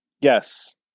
Yes